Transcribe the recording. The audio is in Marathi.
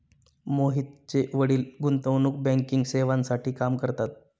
मोहितचे वडील गुंतवणूक बँकिंग सेवांसाठी काम करतात